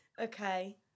Okay